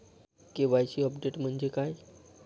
KYC update म्हणजे काय?